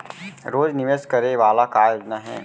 रोज निवेश करे वाला का योजना हे?